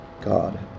God